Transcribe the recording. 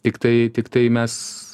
tiktai tiktai mes